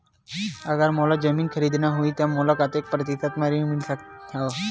अगर मोला जमीन खरीदना होही त मोला कतेक प्रतिशत म ऋण मिल सकत हवय?